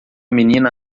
menina